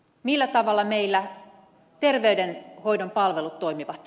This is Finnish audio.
millä tavalla meillä terveydenhoidon palvelut toimivat